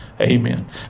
Amen